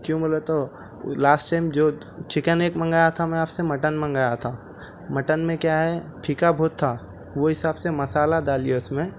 کیوں بولے تو وہ لاسٹ ٹائم جو چکن ایک منگایا تھا میں آپ سے مٹن منگایا تھا مٹن میں کیا ہے پھیکا بہت تھا وہ حساب سے مسالہ ڈالیے اس میں